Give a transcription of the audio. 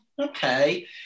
okay